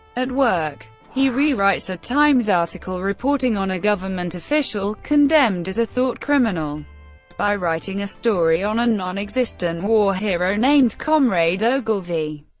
at work, he re-writes a times article reporting on a government official condemned as a thoughtcriminal by writing a story on a nonexistent war hero named comrade ogilvy,